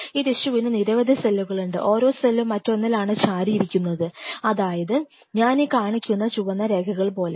ഈ ടിഷ്യുവിന് നിരവധി സെല്ലുകൾ ഉണ്ട് ഓരോ സെല്ലും മറ്റൊന്നിൽ ആണ് ചാരി ഇരിക്കുന്നത് അതായത് ഞാൻ ഈ കാണിക്കുന്ന ചുവന്ന രേഖകൾ പോലെ